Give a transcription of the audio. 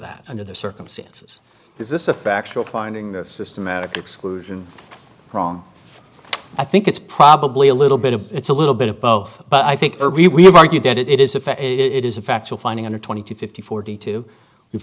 that under the circumstances is this a back requiring the systematic exclusion wrong i think it's probably a little bit of it's a little bit of both but i think we have argued that it is a fair it is a factual finding under twenty two fifty forty two we've